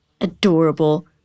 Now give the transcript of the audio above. Adorable